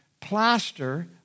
plaster